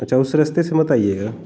अच्छा उस रास्ते से मत आइएगा